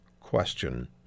question